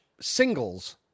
singles